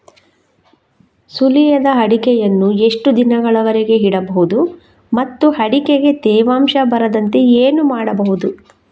ಸುಲಿಯದ ಅಡಿಕೆಯನ್ನು ಎಷ್ಟು ದಿನಗಳವರೆಗೆ ಇಡಬಹುದು ಮತ್ತು ಅಡಿಕೆಗೆ ತೇವಾಂಶ ಬರದಂತೆ ಏನು ಮಾಡಬಹುದು?